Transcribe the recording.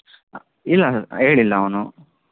ಇಲ್ಲ ಹೇಳಿಲ್ಲ ಅವನು